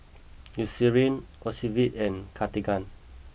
Eucerin Ocuvite and Cartigain